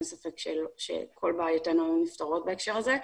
אין ספק שכל בעיותינו היו נפתרות בהקשר הזה.